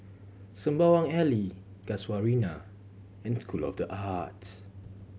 Sembawang Alley Casuarina and School of The Arts